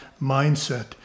mindset